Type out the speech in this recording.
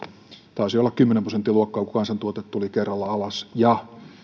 taisi olla kymmenen prosentin luokkaa mitä kansantuote tuli kerralla alas ja